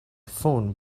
phoned